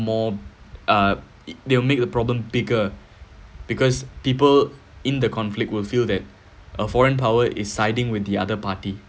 more uh they will make the problem bigger because people in the conflict will feel that a foreign power is siding with the other party